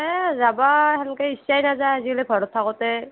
এ যাব হেনকে ইচ্ছাই নাযায় আজিকালি ঘৰত থাকোঁতে